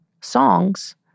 songs